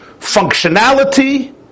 functionality